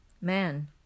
Man